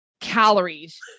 calories